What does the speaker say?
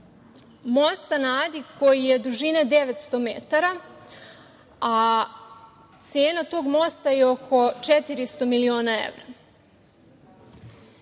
Mosta na Adi koji je dužine 900 metara, a cena tog mosta je oko 400 miliona evra.